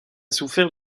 souffert